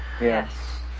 Yes